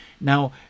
Now